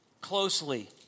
closely